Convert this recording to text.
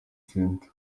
centre